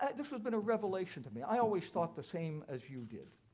ah this has been a revelation to me i always thought the same as you did.